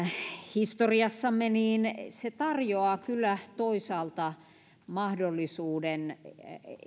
historiassamme niin se tarjoaa kyllä toisaalta mahdollisuuden